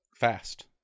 fast